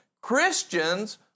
Christians